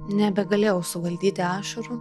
nebegalėjau suvaldyti ašarų